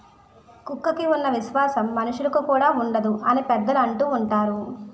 కుక్కకి ఉన్న విశ్వాసం మనుషులుకి కూడా ఉండదు అని పెద్దలు అంటూవుంటారు